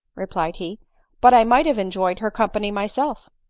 replied he but i might have enjoyed her company myself.